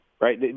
right